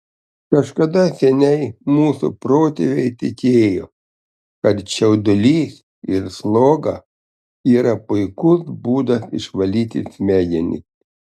kažkada seniai mūsų protėviai tikėjo kad čiaudulys ir sloga yra puikus būdas išvalyti smegenis